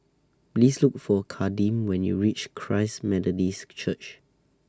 Please Look For Kadeem when YOU REACH Christ Methodist Church